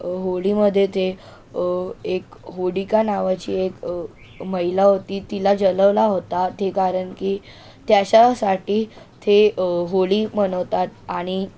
होळीमध्ये ते एक होलिका नावाची एक महिला होती तिला जळवला होता ते कारण की त्याच्यासाठी ते होळी मनवतात आणि